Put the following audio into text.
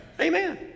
amen